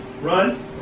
Run